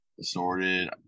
sorted